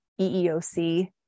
EEOC